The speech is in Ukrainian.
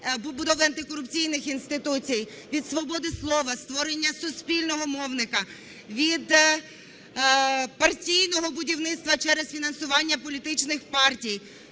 побудови антикорупційних інституцій, від свободи слова, створення суспільного мовника, від партійного будівництва через фінансування політичних партій,